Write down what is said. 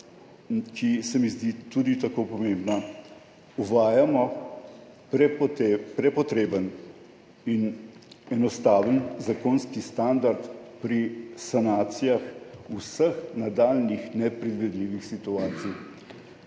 ki se mi zdi tudi tako pomembna – uvajamo prepotreben in enostaven zakonski standard pri sanacijah vseh nadaljnjih nepredvidljivih situacij